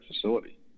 facility